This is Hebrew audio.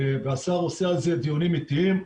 והשר עושה על זה דיונים איטיים,